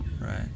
right